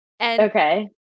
Okay